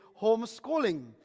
homeschooling